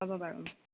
হ'ব বাৰু